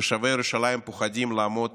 תושבי ירושלים פוחדים לעמוד